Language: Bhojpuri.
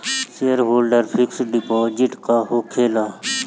सेयरहोल्डर फिक्स डिपाँजिट का होखे ला?